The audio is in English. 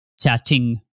chatting